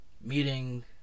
meeting